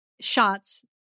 shots